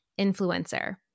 influencer